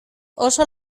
oso